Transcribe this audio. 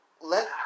let